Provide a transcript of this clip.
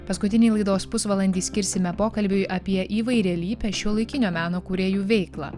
paskutinį laidos pusvalandį skirsime pokalbiui apie įvairialypę šiuolaikinio meno kūrėjų veiklą